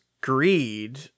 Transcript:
greed